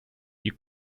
you